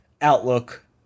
outlook